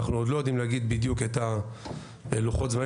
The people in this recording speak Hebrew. אנחנו עוד לא יודעים להגיד בדיוק את לוחות הזמנים.